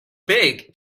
big